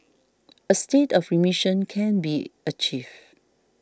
a state of remission can be achieved